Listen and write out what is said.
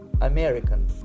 American